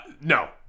No